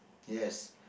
yes